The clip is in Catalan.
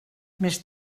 més